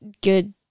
good